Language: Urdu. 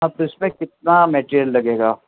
اب اس میں کتنا میٹیریل لگے گا